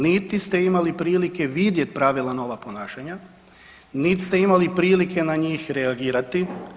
Niti ste imali prilike vidjeti pravila nova ponašanja, niti ste imali prilike na njih reagirati.